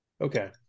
Okay